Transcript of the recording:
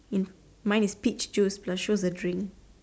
in mine is peach juice plus show the drink